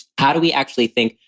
how do we actually think,